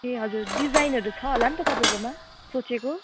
ए हजुर डिजाइनहरू छ होला नि त तपाईँकोमा सोचेको